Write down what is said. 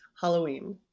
Halloween